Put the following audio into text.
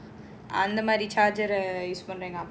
charge I have fifty percent